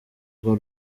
urwo